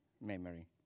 memory